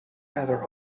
rather